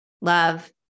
Love